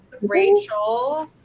Rachel